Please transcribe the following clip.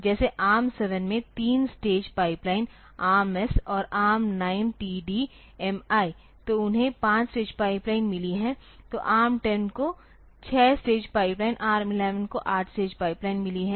जैसे ARM7 में 3 stage pipeline ARMS और ARM9TDMIतो उन्हें 5 स्टेज पाइपलाइन मिली है तो ARM10 को 6 स्टेज पाइपलाइन ARM11 को 8 स्टेज पाइपलाइन मिली है